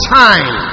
time